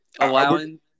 allowing